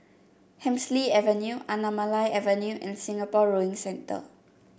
Hemsley Avenue Anamalai Avenue and Singapore Rowing Centre